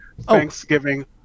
Thanksgiving